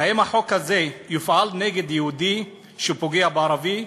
האם החוק הזה יופעל נגד יהודי שפוגע בערבי?